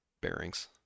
bearings